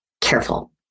careful